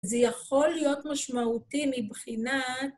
זה יכול להיות משמעותי מבחינת...